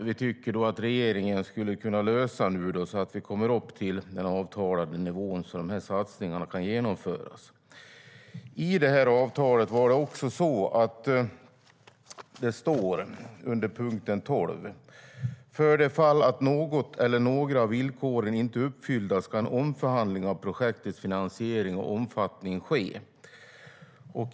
Vi tycker att regeringen skulle kunna lösa detta, så att man kommer upp till den avtalade nivån och satsningarna kan genomföras. Under punkt 12 i avtalet står det att för det fall att något eller några av villkoren inte är uppfyllda ska en omförhandling av projektets finansiering och omfattning ske.